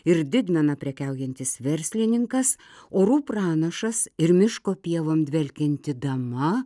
ir didmena prekiaujantis verslininkas orų pranašas ir miško pievom dvelkianti dama